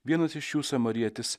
vienas iš jų samarietis